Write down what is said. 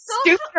stupid